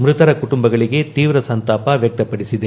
ಮೃತರ ಕುಣುಂಬಗಳಿಗೆ ತೀವ್ರ ಸಂತಾಪ ವ್ಯಕ್ತಪಡಿಸಿದೆ